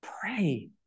pray